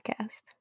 podcast